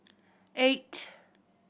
eight